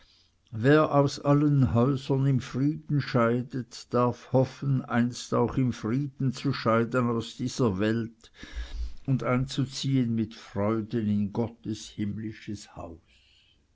wer aus allen häusern im frieden scheidet darf hoffen einst auch im frieden zu scheiden aus dieser welt und einzuziehen mit freuden in gottes himmlisches haus